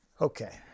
Okay